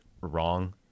wrong